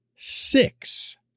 Six